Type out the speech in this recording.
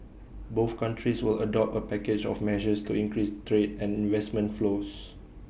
both countries will adopt A package of measures to increase trade and investment flows